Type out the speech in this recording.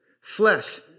flesh